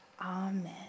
Amen